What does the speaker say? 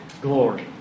glory